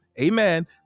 Amen